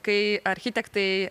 kai architektai